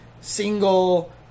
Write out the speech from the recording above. single